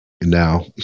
now